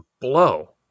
blow